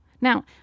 Now